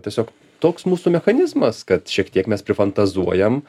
tiesiog toks mūsų mechanizmas kad šiek tiek mes prifantazuojam